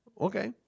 Okay